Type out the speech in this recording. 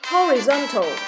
Horizontal